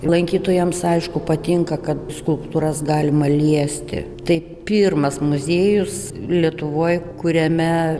lankytojams aišku patinka kad skulptūras galima liesti tai pirmas muziejus lietuvoj kuriame